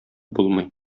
булмый